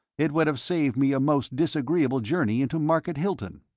it would have saved me a most disagreeable journey into market hilton.